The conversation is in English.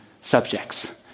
subjects